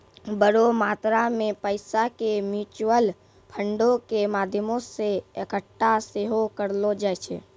बड़ो मात्रा मे पैसा के म्यूचुअल फंडो के माध्यमो से एक्कठा सेहो करलो जाय छै